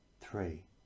three